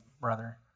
brother